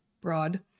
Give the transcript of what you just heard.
broad